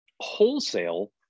wholesale